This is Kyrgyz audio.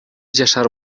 жашар